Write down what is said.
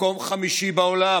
מקום חמישי בעולם,